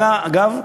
אגב,